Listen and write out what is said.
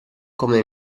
come